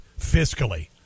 fiscally